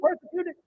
persecuted